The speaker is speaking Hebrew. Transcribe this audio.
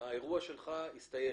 האירוע שלך הסתיים,